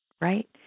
right